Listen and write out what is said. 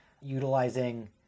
utilizing